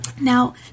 Now